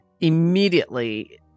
immediately